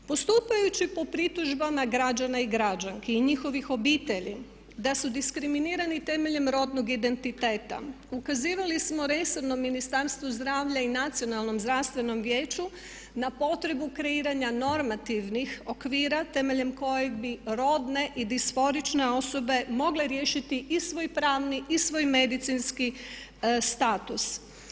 Postupajući po pritužbama građana i građanki i njihovih obitelji da su diskriminirani temeljem rodnog identiteta, ukazivali smo resornom Ministarstvu zdravlja i nacionalnom zdravstvenom vijeću na potrebu kreiranja normativnih okvira temeljem kojeg bi rodne i disforične osobe mogle riješiti i svoj pravni i svoj medicinski status.